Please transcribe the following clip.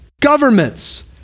governments